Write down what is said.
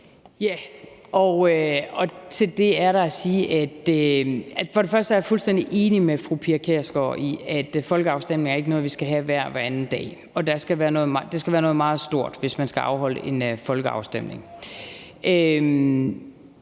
er jeg fuldstændig enig med fru Pia Kjærsgaard i, at folkeafstemninger ikke er noget, vi skal have hver og hver anden dag, og at det skal være noget meget stort, hvis man skal afholde en folkeafstemning.